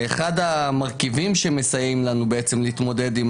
ואחד המרכיבים שמסייעים לנו בעצם להתמודד עם